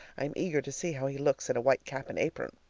i am eager to see how he looks in a white cap and apron.